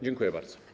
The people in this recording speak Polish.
Dziękuję bardzo.